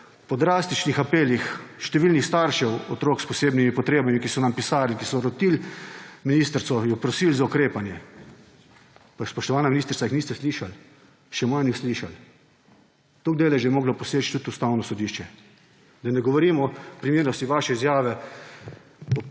po drastičnih apelih številnih staršev otrok s posebnimi potrebami, ki so nam pisali, ki so rotili ministrico, jo prosili za ukrepanje. Pa, spoštovana ministrica, jih niste slišali, še manj uslišali. Toliko daleč, da je moralo poseči tudi Ustavno sodišče. Da ne govorimo o primernosti vaše izjave